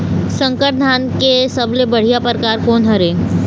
संकर धान के सबले बढ़िया परकार कोन हर ये?